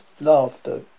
laughter